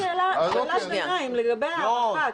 רק שאלת ביניים לגבי ההערכה,